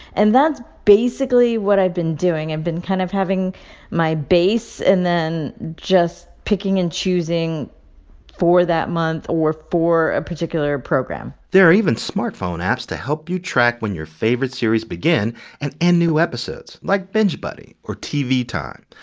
and that's basically what i've been doing. i've been kind of having my base and then just picking and choosing for that month or for a particular program there are even smartphone apps to help you track when your favorite series begin and end new episodes, like binge buddy or tv time.